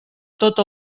tot